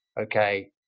Okay